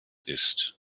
ist